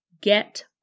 get